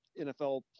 NFL